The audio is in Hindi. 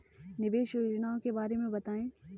निवेश योजनाओं के बारे में बताएँ?